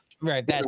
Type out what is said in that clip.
Right